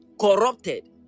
corrupted